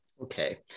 Okay